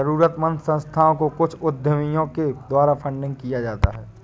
जरूरतमन्द संस्थाओं को कुछ उद्यमियों के द्वारा फंडिंग किया जाता है